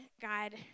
God